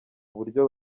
buryo